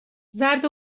زرد